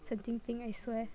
神经病 I swear